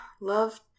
love